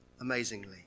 amazingly